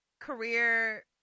career